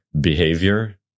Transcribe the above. behavior